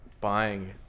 buying